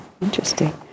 interesting